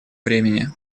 времени